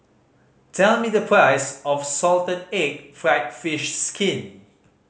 tell me the price of salted egg fried fish skin